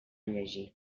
llegir